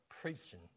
preaching